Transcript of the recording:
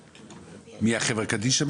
מי, החברה קדישא?